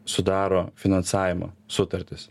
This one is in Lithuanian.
sudaro finansavimo sutartis